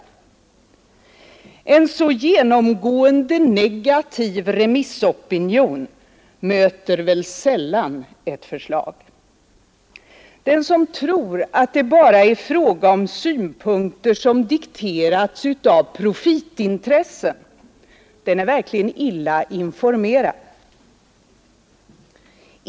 En 13 så genomgående negativ remissopinion möter väl sällan ett förslag. Den som tror att det bara är fråga om synpunkter som dikterats av profitintressen är verkligen illa informerad.